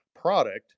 product